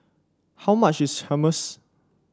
how much is Hummus